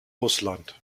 russland